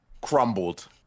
crumbled